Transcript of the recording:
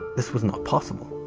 this was not possible.